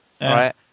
right